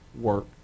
work